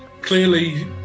Clearly